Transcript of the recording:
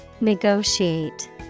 Negotiate